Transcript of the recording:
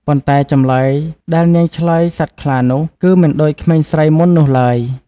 ប៉ុន្តែ ចម្លើយដែលនាងឆ្លើយសត្វខ្លានោះគឺមិនដូចក្មេងស្រីមុននោះឡើយ។